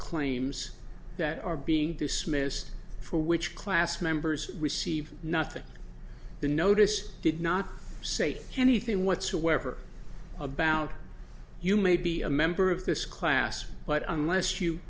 claims that are being dismissed for which class members receive nothing the notice did not say anything whatsoever about you may be a member of this class but unless you